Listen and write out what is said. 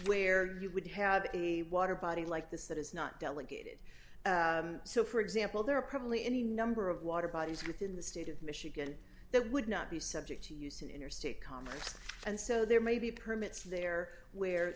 where you would have a water body like this that is not delegated so for example there are probably any number of water bodies within the state of michigan that would not be subject to use in interstate commerce and so there may be permits there where